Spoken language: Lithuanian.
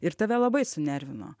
ir tave labai sunervino